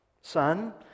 son